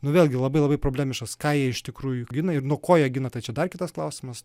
nu vėlgi labai labai problemiškas ką jie iš tikrųjų gina ir nuo ko jie gina tai čia dar kitas klausimas